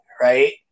right